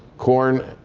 corn,